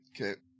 Okay